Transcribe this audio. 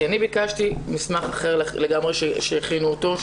כי אני ביקשתי מסמך אחר לגמרי שהכינו אותו,